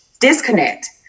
disconnect